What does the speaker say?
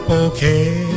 okay